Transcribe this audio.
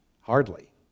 hardly